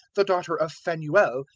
the daughter of phanuel,